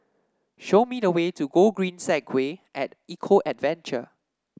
show me the way to Gogreen Segway at Eco Adventure